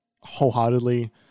wholeheartedly